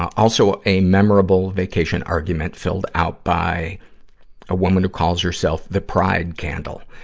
also, a memorable vacation argument filled out by a woman who calls herself the pride candle.